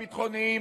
הביטחוניים,